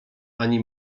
ani